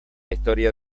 historia